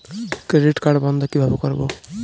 Credit card বন্ধ কিভাবে করবো?